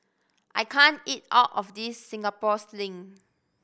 I can't eat all of this Singapore Sling